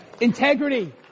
Integrity